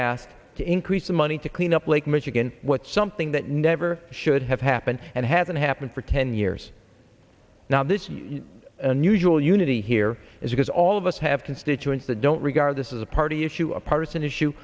asked to increase the money to clean up lake michigan what something that never should have happened and hasn't happened for ten years now this unusual unity here is because all of us have constituents that don't regard this as a party issue a part